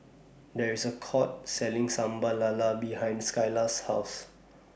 There IS A Court Selling Sambal Lala behind Skyla's House